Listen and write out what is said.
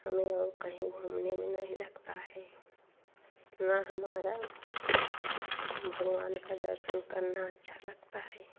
हमें और कहीं घूमने में नहीं लगता है ना हमारा भगवान का दर्शन करना अच्छा लगता है